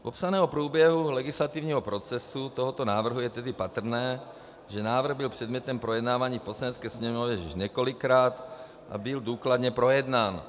Z popsaného průběhu legislativního procesu tohoto návrhu je tedy patrné, že návrh byl předmětem projednávání v Poslanecké sněmovně již několikrát a byl důkladně projednán.